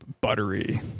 buttery